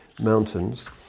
mountains